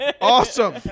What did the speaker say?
Awesome